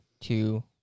two